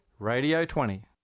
RADIO20